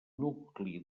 nucli